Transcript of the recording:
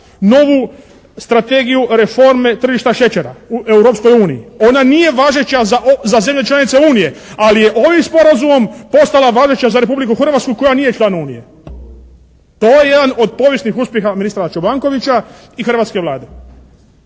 novu strategiju reforme tržišta šećera u Europskoj uniji. Ona nije važeća za zemlje članica Unije, ali je ovim sporazumom postala važeća za Republiku Hrvatsku koja nije član Unije. To je jedan od povijesnih uspjeha ministra Čobankovića i hrvatske Vlade.